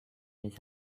les